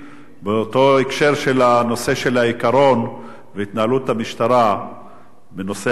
באותו הקשר של הנושא של העיקרון והתנהלות המשטרה בנושא האלימות,